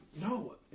No